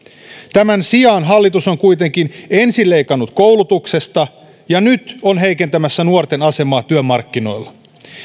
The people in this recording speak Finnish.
tämän sijaan hallitus on kuitenkin ensin leikannut koulutuksesta ja nyt on heikentämässä nuorten asemaa työmarkkinoilla